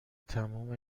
تموم